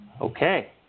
okay